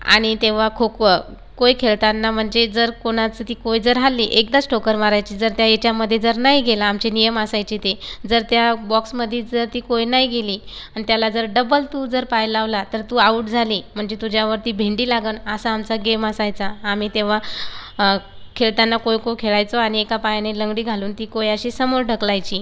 आणि तेव्हा खो खो कोय खेळताना म्हणजे जर कोणाचं ती कोय जर हलली एकदाच ठोकर मारायची जर त्या याच्यामधे जर नाही गेला आमचे नियम असायचे ते जर त्या बॉक्समध्ये जर ती कोय नाही गेली आणि त्याला जर डबल तू जर पाय लावला तर तू आऊट झाली म्हणजे तुझ्यावरती भेंडी लागन असा आमचा गेम असायचा आमी तेव्हा खेळताना कोय कोय खेळायचो आणि एका पायाने लंगडी घालून ती कोय अशी समोर ढकलायची